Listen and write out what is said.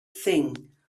thing